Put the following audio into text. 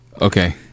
Okay